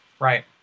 Right